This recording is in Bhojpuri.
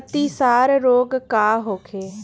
अतिसार रोग का होखे?